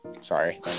Sorry